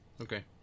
okay